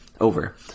over